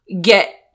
get